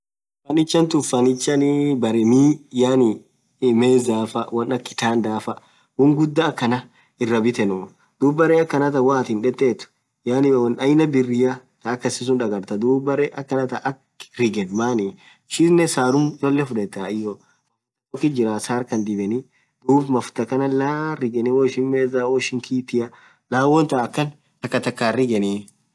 Furnicture tun furniture berre Mii yaani mezaafa wonn akha kitanda faa wonn ghudaa akhana irabithenuu dhub berre akhana than woathin dhetethu yaani wonn aina birria thaa akhasisun dhagartha dhub beree akha than akaa rigen maani ishinen Sarum cholee fudhetha mafutha tokit jiraa sarr Khan dhibeni dhub mafuthaa khaanan laaan rigeni woishin meza woishin kiti laan wonthan akan thakathakan rigenii